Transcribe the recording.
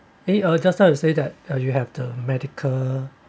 any uh just now you say that uh you have the medical